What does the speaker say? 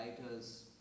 writers